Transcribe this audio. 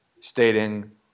Stating